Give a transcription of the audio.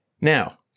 Now